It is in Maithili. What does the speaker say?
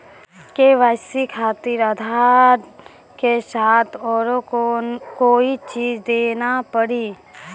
के.वाई.सी खातिर आधार के साथ औरों कोई चीज देना पड़ी?